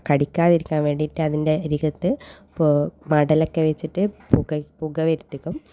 കടിക്കാതിരിക്കാൻ വേണ്ടിയിട്ട് അതിൻ്റെ അരികത്ത് പൊ മടലൊക്കെ വെച്ചിട്ട് പുക പുക വരുത്തിക്കും